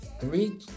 three